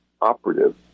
operative